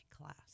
class